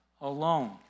alone